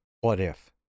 what-if